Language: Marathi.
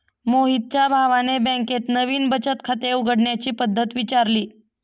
मोहितच्या भावाने बँकेत नवीन बचत खाते उघडण्याची पद्धत विचारली